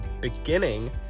beginning